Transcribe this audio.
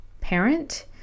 parent